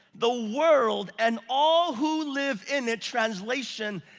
the world, and all who live in it. translation,